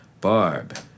Barb